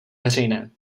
veřejné